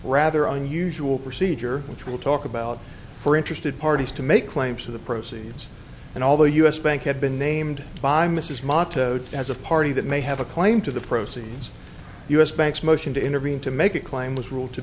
rather unusual procedure which will talk about for interested parties to make claims of the proceeds and all the u s bank had been named by mrs motto do as a party that may have a claim to the proceeds of u s banks motion to intervene to make a claim was ruled to